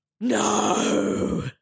no